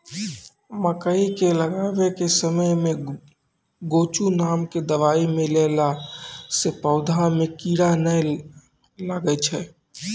मकई के लगाबै के समय मे गोचु नाम के दवाई मिलैला से पौधा मे कीड़ा नैय लागै छै?